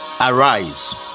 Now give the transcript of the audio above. arise